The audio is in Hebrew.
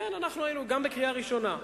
גם בקריאה ראשונה.